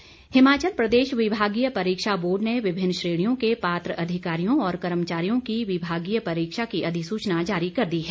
परीक्षा हिमाचल प्रदेश विभागीय परीक्षा बोर्ड ने विभिन्न श्रेणियों के पात्र अधिकारियों और कर्मचारियों की विभागीय परीक्षा की अधिसूचना जारी कर दी है